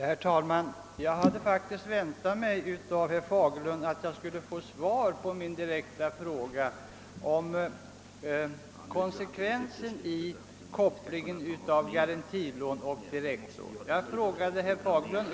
Herr talman! Jag hade väntat mig att herr Fagerlund skulle svara på min direkta fråga om konsekvensen av sammankopplingen mellan garantilån och direktlån.